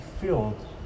filled